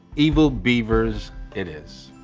evil beavers it is.